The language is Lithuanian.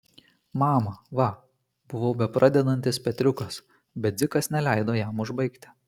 mama va buvo bepradedantis petriukas bet dzikas neleido jam užbaigti